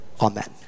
Amen